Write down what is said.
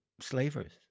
slavers